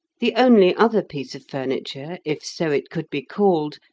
the only other piece of furniture, if so it could be called,